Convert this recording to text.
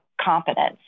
competence